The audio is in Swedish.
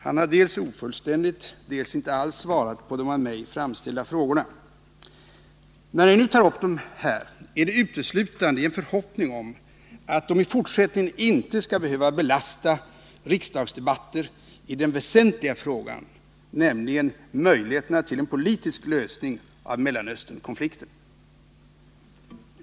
Han har dels ofullständigt, dels inte alls svarat på de av mig framställda frågorna. När jag nu tar upp dem här är det uteslutande i förhoppning om att de i fortsättningen inte skall behöva belasta riksdagen med debatter i den väsentliga frågan, nämligen när det gäller möjligheterna till en politisk lösning av Mellanösternkonflikten.